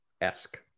esque